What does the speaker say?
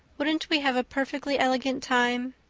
wouldn't we have a perfectly elegant time?